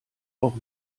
auch